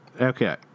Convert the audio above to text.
Okay